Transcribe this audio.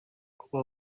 kuba